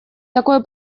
такой